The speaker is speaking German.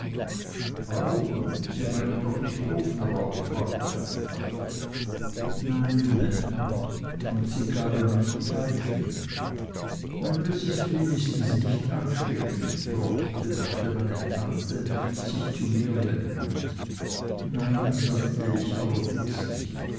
rauchen sie meinen doch nicht ofenrauch fragte meine tante nein maam von zigarren und pfeifen das ist wenigstens nicht ansteckend trot bemerkte meine tante sich zu mir wendend nein sagte ich allerdings nicht